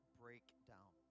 breakdown